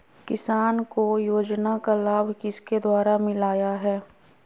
किसान को योजना का लाभ किसके द्वारा मिलाया है?